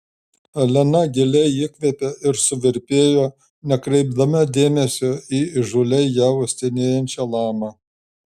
elena giliai įkvėpė ir suvirpėjo nekreipdama dėmesio į įžūliai ją uostinėjančią lamą